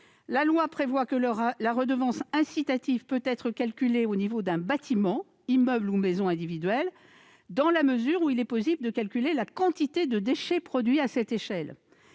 La loi prévoit que la redevance incitative peut être calculée au niveau d'un bâtiment- immeuble ou maison individuelle -, dans la mesure où il est possible de calculer la quantité de déchets produits à cette échelle.